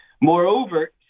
Moreover